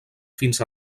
fins